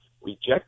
reject